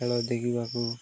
ଖେଳ ଦେଖିବାକୁ